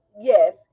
yes